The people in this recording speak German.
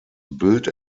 bild